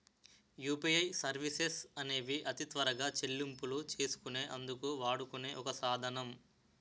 UPI services అనేవి అతి త్వరగా చెల్లింపులు చేసుకునే అందుకు వాడుకునే ఒక సాధనం